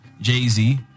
Jay-Z